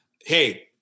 hey